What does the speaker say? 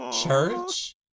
church